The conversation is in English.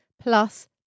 plus